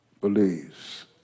believes